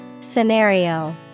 Scenario